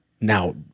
now